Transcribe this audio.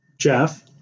Jeff